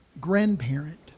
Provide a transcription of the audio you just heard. grandparent